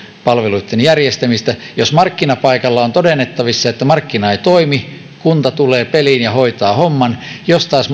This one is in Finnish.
palveluitten järjestämistä jos markkinapaikalla on todennettavissa että markkina ei toimi kunta tulee peliin ja hoitaa homman jos taas